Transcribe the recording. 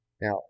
Now